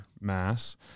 mass